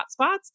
hotspots